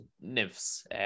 nymphs